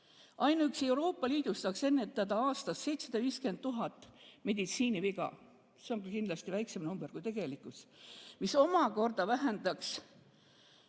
Ainuüksi Euroopa Liidus saaks ennetada aastas 750 000 meditsiiniviga – see on kindlasti väiksem number kui tegelikkus –, mis omakorda vähendaks